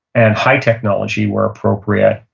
and high technology where appropriate,